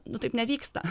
nu taip nevyksta